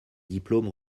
diplômes